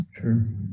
Sure